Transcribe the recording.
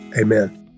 Amen